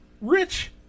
Rich